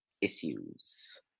issues